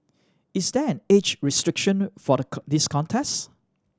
is there an age restriction for the this contest